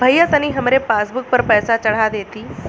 भईया तनि हमरे पासबुक पर पैसा चढ़ा देती